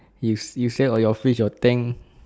you you sell all your fish or tank